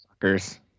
Suckers